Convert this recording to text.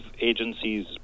agencies